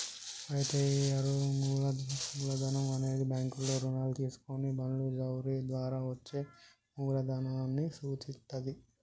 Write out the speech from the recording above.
అయితే ఈ అరువు మూలధనం అనేది బ్యాంకుల్లో రుణాలు తీసుకొని బాండ్లు జారీ ద్వారా వచ్చే మూలదనాన్ని సూచిత్తది